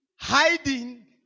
hiding